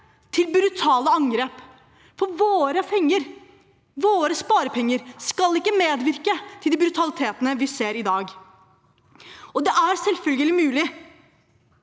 til brutale angrep. Våre penger, våre sparepenger, skal ikke medvirke til den brutaliteten vi ser i dag. Det er selvfølgelig mulig.